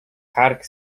kark